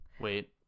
Wait